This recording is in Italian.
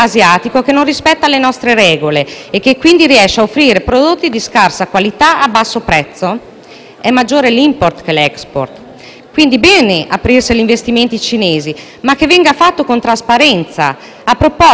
È maggiore l'*import* dell'*export*. Quindi, bene aprirsi agli investimenti cinesi, ma che ciò venga fatto con trasparenza. A proposito, se avrete la compiacenza di dirci qualcosa di più su questo accordo, non sarebbe male. Mi sembra che ci siano degli